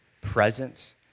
presence